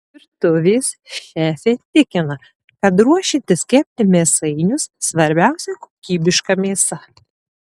virtuvės šefė tikina kad ruošiantis kepti mėsainius svarbiausia kokybiška mėsa